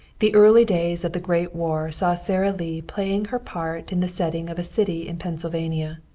the early days of the great war saw sara lee playing her part in the setting of a city in pennsylvania.